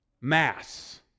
mass